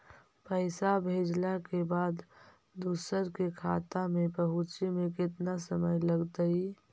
पैसा भेजला के बाद दुसर के खाता में पहुँचे में केतना समय लगतइ?